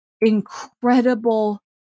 incredible